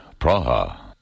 Praha